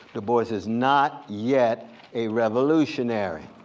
du bois is is not yet a revolutionary.